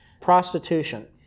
prostitution